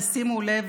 ושימו לב,